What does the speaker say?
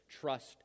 trust